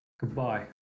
goodbye